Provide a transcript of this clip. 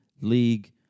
league